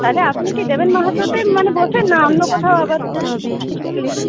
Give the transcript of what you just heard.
তাহলে আপনি কি দেবেন মাহাতোতেই মানে বসেন নাকি অন্য কোথাও আবার